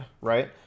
Right